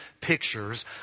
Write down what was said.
pictures